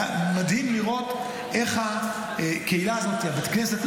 היה מדהים לראות איך הקהילה הזאת של בית הכנסת,